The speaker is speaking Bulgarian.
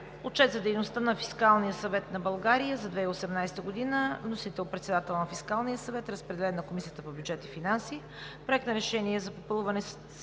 Отчет за дейността на Фискалния съвет на България за 2018 г. Вносител е председателят на Фискалния съвет. Разпределен е на Комисията по бюджет и финанси. Проект на решение за попълване